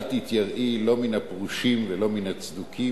אל תתייראי לא מן הפרושים ולא מן הצדוקים,